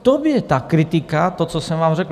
V tom je ta kritika, to, co jsem vám řekl.